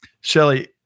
Shelly